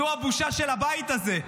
זו בושה של הבית הזה.